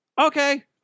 okay